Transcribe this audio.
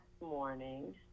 morning